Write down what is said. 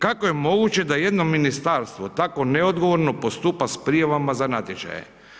Kako je moguće da jedno ministarstvo tako neodgovorno postupa s prijavama za natječaje?